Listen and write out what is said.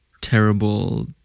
terrible